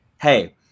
hey